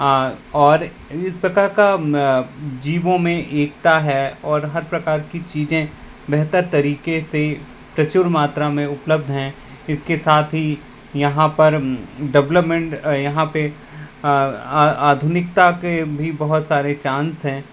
हाँ और एक प्रकार का जीवों मे एकता है और हर प्रकार की चीज़ें बेहतर तरीके से प्रचुर मात्रा में उपलब्ध है इसके साथ ही यहाँ पर डेवल्पमेन्ट यहाँ पे आ आ आधुनिकता के भी सारे बहुत चांस है